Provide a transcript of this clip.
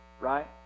Right